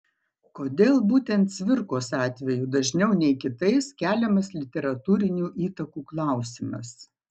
kodėl būtent cvirkos atveju dažniau nei kitais keliamas literatūrinių įtakų klausimas